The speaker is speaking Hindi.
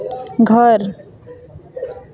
घर